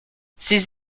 ces